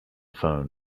phone